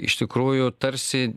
iš tikrųjų tarsi